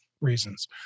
reasons